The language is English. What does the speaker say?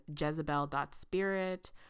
Jezebel.spirit